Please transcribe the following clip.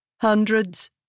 Hundreds